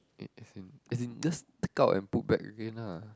as in as in just take out and put back again lah